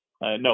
no